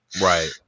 right